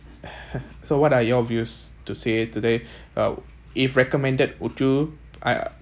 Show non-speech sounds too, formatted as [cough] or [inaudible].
[laughs] so what are your views to say today uh if recommended would you I